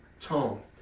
tone